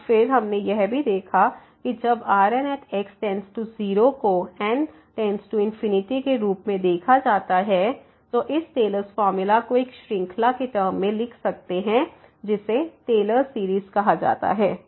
और फिर हमने यह भी देखा है कि जब Rn→0 को n→∞ के रूप में देखा जाता है तो हम टेलर्स फार्मूला Taylor's formula को एक श्रृंखला के टर्म में लिख सकते हैं जिसे टेलर्स सीरीज़Taylor's series कहा जाता है